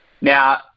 Now